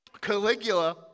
Caligula